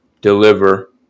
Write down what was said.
deliver